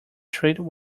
tread